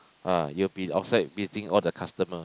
ah you'll be outside meeting all the customer